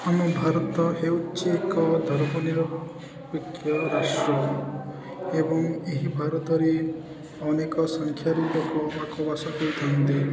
ଆମ ଭାରତ ହେଉଚି ଏକ ଧର୍ମ ନିରପେକ୍ଷ ରାଷ୍ଟ୍ର ଏବଂ ଏହି ଭାରତରେ ଅନେକ ସଂଖ୍ୟାର ଲୋକବାକ ବାସ କରିଥାନ୍ତି